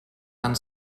van